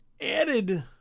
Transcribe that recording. added